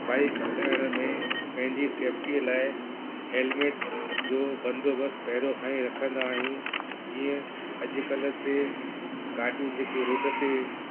bike हलाइण में पंहिंजी सेफ्टीअ लाइ हैलमेट जो बंदोबस्त पहिरों खां ई रखंदा आहियूं जीअं अॼुकल्ह ते गाॾियूं जेके रोड ते